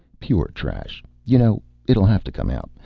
pure trash, you know. it'll have to come out.